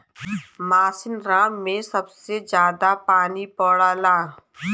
मासिनराम में सबसे जादा पानी पड़ला